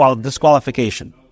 disqualification